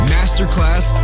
Masterclass